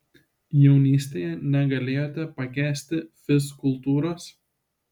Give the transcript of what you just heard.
jaunystėje negalėjote pakęsti fizkultūros